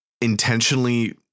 intentionally